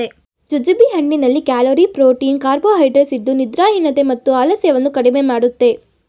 jujube ಹಣ್ಣಿನಲ್ಲಿ calorie, protein carbohydrates ಇದ್ದು ನಿದ್ರಾಹೀನತೆ ಮತ್ತು ಆಲಸ್ಯವನ್ನು ಕಡಿಮೆ ಮಾಡುತ್ತೆ